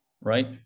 right